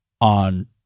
on